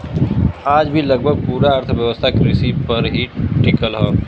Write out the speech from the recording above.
आज भी लगभग पूरा अर्थव्यवस्था कृषि पर ही टिकल हव